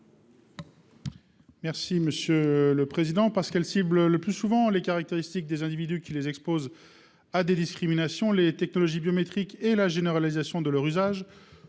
est à M. Thomas Dossus. Parce qu'elles ciblent le plus souvent les caractéristiques des individus qui les exposent à des discriminations, les technologies biométriques et la généralisation de leur usage